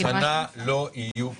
השנה לא יהיו בחירות.